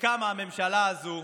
שקמה הממשלה הזאת,